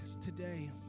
today